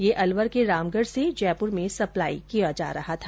यह अलवर के रामगढ़ से जयपुर में सप्लाई किया जा रहा था